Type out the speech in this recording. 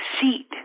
seat